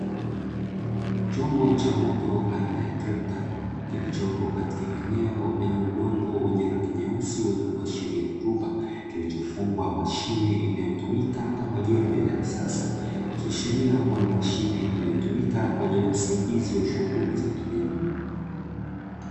Chombo cha moto aina ya trekta kilichopo katika eneo lenye udongo wenye rangi nyeusi wenye kuashiria rutuba kilichofungwa mashine inayotumika kama jembe la kisasa, ikiashiria kuwa ni mashine inayotumika kwa ajili ya usaidizi wa shughuli za kilimo.